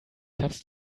tabs